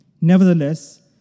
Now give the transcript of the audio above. Nevertheless